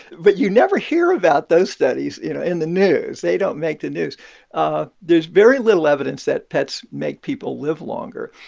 but you never hear about those studies, you know, in the news. they don't make the news ah there's very little evidence that pets make people live longer.